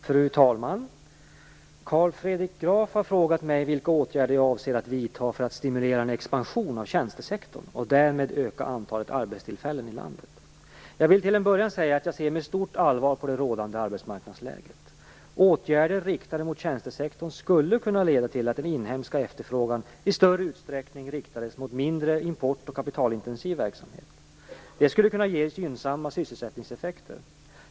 Fru talman! Carl Fredrik Graf har frågat mig vilka åtgärder jag avser att vidta för att stimulera en expansion av tjänstesektorn och därmed öka antalet arbetstillfällen i landet. Jag vill till en början säga att jag ser med stort allvar på det rådande arbetsmarknadsläget. Åtgärder riktade mot tjänstesektorn skulle kunna leda till att den inhemska efterfrågan i större utsträckning riktades mot mindre import och kapitalintensiv verksamhet. Detta skulle kunna ge gynnsamma sysselsättningseffekter.